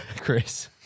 Chris